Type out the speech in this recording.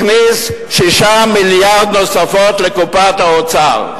הכניס 6 מיליארד נוספים לקופת האוצר,